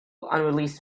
unreleased